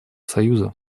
союза